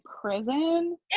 prison